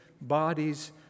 bodies